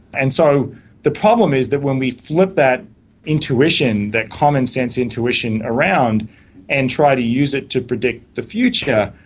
and so the problem is that when we flip that intuition, that common-sense intuition around and try to use it to predict the future,